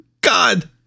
God